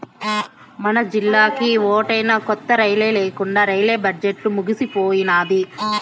మనజిల్లాకి ఓటైనా కొత్త రైలే లేకండా రైల్వే బడ్జెట్లు ముగిసిపోయినాది